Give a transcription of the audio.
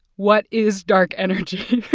what is dark energy?